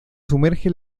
sumerge